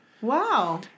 Wow